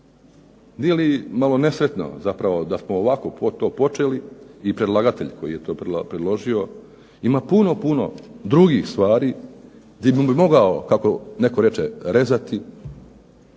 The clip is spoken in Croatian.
Nije li malo nesretno zapravo da smo ovako to počeli i predlagatelj koji je to predložio ima puno, puno drugih stvari gdje bi mogao kako netko reče rezati,